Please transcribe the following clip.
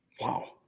Wow